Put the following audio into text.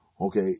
okay